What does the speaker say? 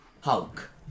Hulk